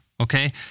okay